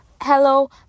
Hello